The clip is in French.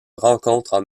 rencontrent